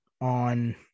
on